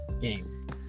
game